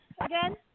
again